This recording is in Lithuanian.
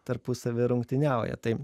tarpusavy rungtyniauja tai